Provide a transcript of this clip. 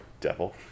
Devil